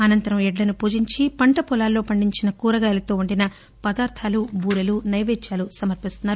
అనంతరం ఎడ్జను పూజించి పంటపొలాల్లో పండించిన కూరగాయలతో వండిన పదార్థాలు బూరెలు నైవేద్యాలు సమర్పిస్తారు